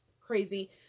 Crazy